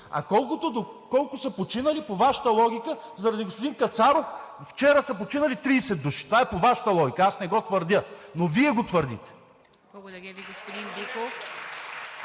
доколко са починали, по Вашата логика заради господин Кацаров вчера са починали 30 души. Това е по Вашата логика. Аз не го твърдя, но Вие го твърдите. (Ръкопляскания от